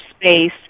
space